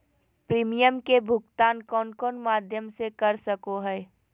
Premium के भुक्तान कौन कौन माध्यम से कर सको है?